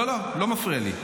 לא, לא, לא מפריע לי.